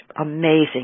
amazing